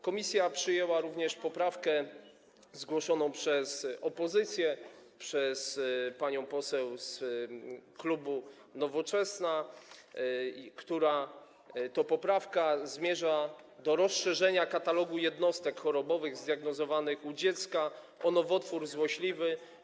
Komisja przyjęła również poprawkę zgłoszoną przez opozycję, przez panią poseł z klubu Nowoczesna, która to poprawka zmierza do rozszerzenia katalogu jednostek chorobowych zdiagnozowanych u dziecka o nowotwór złośliwy.